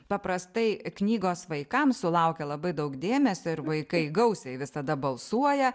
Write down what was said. paprastai knygos vaikams sulaukia labai daug dėmesio ir vaikai gausiai visada balsuoja